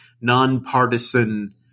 nonpartisan